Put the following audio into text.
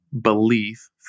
belief